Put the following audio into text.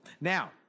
Now